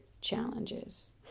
challenges